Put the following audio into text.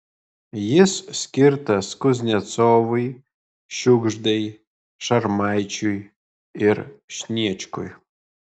jis skirtas kuznecovui žiugždai šarmaičiui ir sniečkui